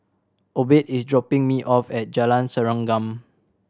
Obed is dropping me off at Jalan Serengam